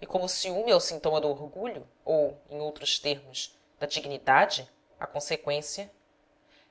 e como o ciúme é o sintoma do orgulho ou em outros termos da dignidade a conseqüência